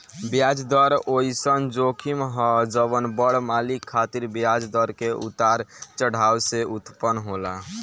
ब्याज दर ओइसन जोखिम ह जवन बड़ मालिक खातिर ब्याज दर के उतार चढ़ाव से उत्पन्न होला